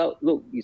look